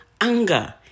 anger